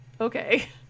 okay